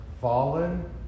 fallen